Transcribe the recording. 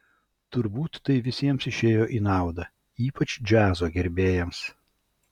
turbūt tai visiems išėjo į naudą ypač džiazo gerbėjams